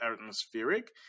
atmospheric